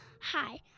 hi